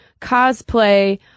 cosplay